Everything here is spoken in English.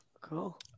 Cool